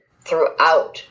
throughout